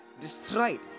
destroyed